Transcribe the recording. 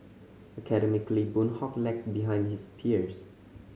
academically Boon Hock lagged behind his peers